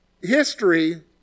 history